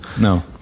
no